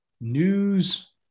News